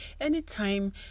anytime